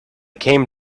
came